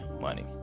money